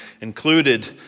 included